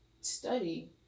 study